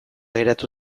geratu